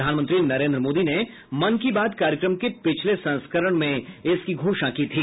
प्रधानमंत्री नरेंद्र मोदी ने मन की बात कार्यक्रम के पिछले संस्करण में इसकी घोषणा की थी